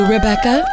Rebecca